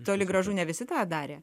toli gražu ne visi tą darė